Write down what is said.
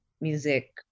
music